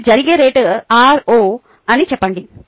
ఇది జరిగే rate r0 అని చెప్పండి